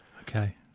Okay